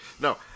No